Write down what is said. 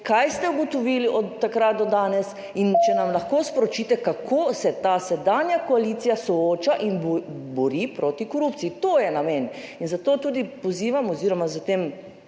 kaj ste ugotovili od takrat do danes in, če nam lahko sporočite, kako se ta sedanja koalicija sooča in bori proti korupciji. To je namen. In zato tudi pozivam oziroma s tem